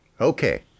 Okay